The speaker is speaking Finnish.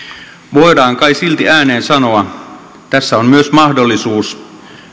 voidaan kai silti ääneen sanoa että tässä on myös mahdollisuus